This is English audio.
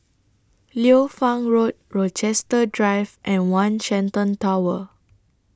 Liu Fang Road Rochester Drive and one Shenton Tower